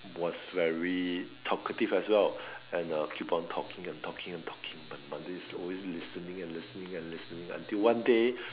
was very talkative as well and uh keep on talking and talking and talking my mother is always listening and listening and listening until one day